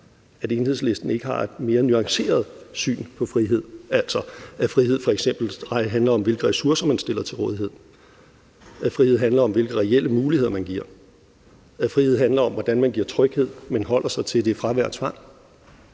at Enhedslisten ikke har et mere nuanceret syn på frihed – altså at frihed for eksempel ej handler om, hvilke ressourcer man stiller til rådighed, at frihed handler om, hvilke reelle muligheder man giver, at frihed handler om, hvordan man giver tryghed – men holder sig til, at det er fravær af tvang.